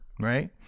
right